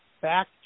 back